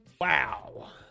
Wow